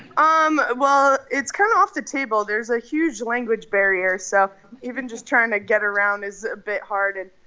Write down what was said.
um well, it's kind of off the table. there's a huge language barrier, so even just trying to get around is a bit hard,